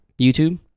YouTube